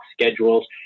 schedules